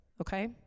okay